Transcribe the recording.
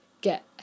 get